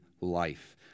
life